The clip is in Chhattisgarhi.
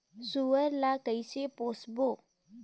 सुअर ला कइसे पोसबो?